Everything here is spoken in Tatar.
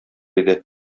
иде